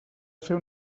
fer